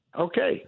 Okay